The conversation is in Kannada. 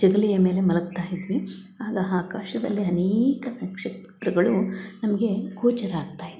ಜಗಲಿಯ ಮೇಲೆ ಮಲಗ್ತಾ ಇದ್ವಿ ಆಗ ಆಕಾಶದಲ್ಲಿ ಅನೇಕ ನಕ್ಷತ್ರಗಳು ನಮಗೆ ಗೋಚರ ಆಗ್ತಾಯಿತ್ತು